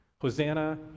Hosanna